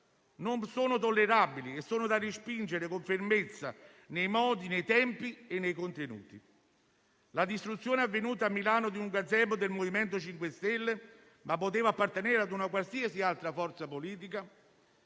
Non sono tollerabili, sono da respingere con fermezza, nei modi, nei tempi e nei contenuti. La distruzione avvenuta a Milano di un gazebo del MoVimento 5 Stelle - ma poteva appartenere a una qualsiasi altra forza politica